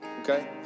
Okay